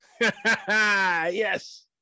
Yes